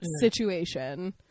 situation